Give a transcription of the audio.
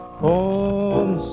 home